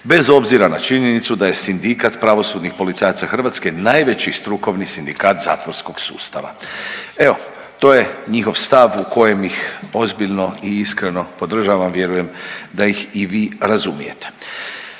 bez obzira na činjenicu da je Sindikat pravosudnih policajaca Hrvatske najveći strukovni sindikat zatvorskog sustava. Evo, to je njihov stav u kojem ih ozbiljno i iskreno podržavam, a vjerujem da ih i vi razumijete.